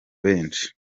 benshi